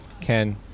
Ken